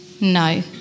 No